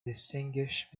distinguish